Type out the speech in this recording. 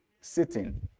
sitting